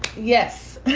yes yeah,